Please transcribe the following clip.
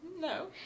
no